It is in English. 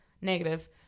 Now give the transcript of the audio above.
negative